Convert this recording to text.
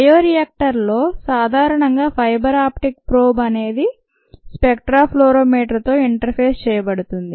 బయోరియాక్టర్లో సాధారణంగా fibre optic probe అనేది స్పెక్ట్రాఫ్లోరిమీటర్తో ఇంటర్ ఫేస్ చేయబడుతుంది